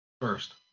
first